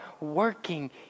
working